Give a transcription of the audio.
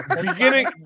Beginning